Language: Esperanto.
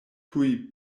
tuj